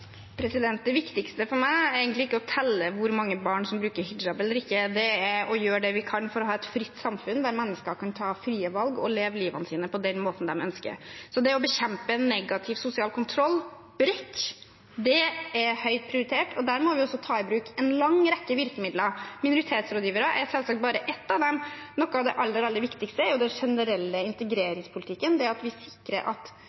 Det viktigste for meg er egentlig ikke å telle hvor mange barn som bruker hijab eller ikke. Det viktigste er å gjøre det vi kan for å ha et fritt samfunn der mennesker kan ta frie valg og leve livene sine på den måten man ønsker. Så å bekjempe negativ sosial kontroll, bredt, er høyt prioritert, og der må vi også ta i bruk en lang rekke virkemidler. Minoritetsrådgivere er selvsagt bare ett av dem. Noe av det aller, aller viktigste er jo den generelle integreringspolitikken – at